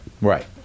Right